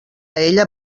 ella